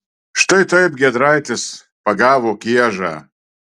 štai taip giedraitis pagavo kiežą